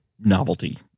novelty